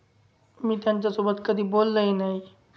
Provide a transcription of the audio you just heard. मी त्यांच्यासोबत कधी बोललंही नाही